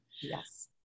Yes